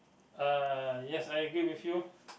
uh yes I agree with you